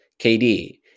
KD